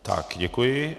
Tak děkuji.